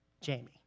Jamie